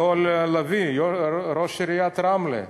יואל לביא, ראש עיריית רמלה.